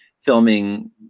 filming